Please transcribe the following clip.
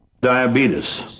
diabetes